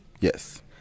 yes